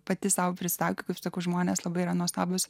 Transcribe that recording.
pati sau pristato kaip sako žmonės labai yra nuostabūs